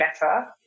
better